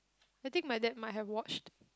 I think my dad might have watched